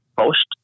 post